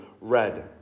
red